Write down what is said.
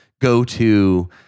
go-to